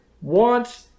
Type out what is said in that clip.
want